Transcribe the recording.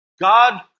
God